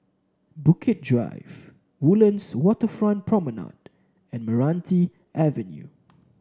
Bukit Drive Woodlands Waterfront Promenade and Meranti Avenue